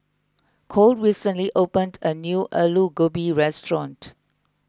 Cole recently opened a new Alu Gobi restaurant